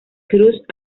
cruz